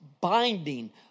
binding